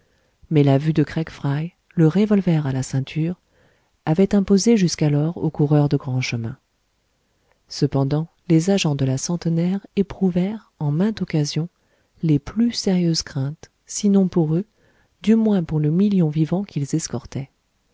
mais la vue de craig fry le revolver à la ceinture avait imposé jusqu'alors aux coureurs de grands chemins cependant les agents de la centenaire éprouvèrent en mainte occasion les plus sérieuses craintes sinon pour eux du moins pour le million vivant qu'ils escortaient